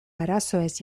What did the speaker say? arazoez